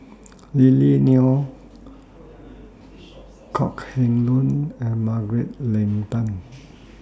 Lily Neo Kok Heng Leun and Margaret Leng Tan